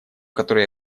который